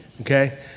Okay